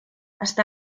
està